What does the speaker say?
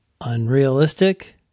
unrealistic